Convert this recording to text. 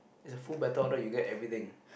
it's a full battle order you get everything